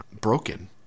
broken